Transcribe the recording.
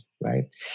right